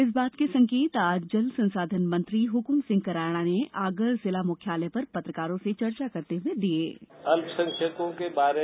इस बात के संकेत आज जल संसाधन मंत्री हुकुम सिंह कराड़ा ने आगर जिला मुख्यालय पर पत्रकारों से चर्चा करते हुए दिये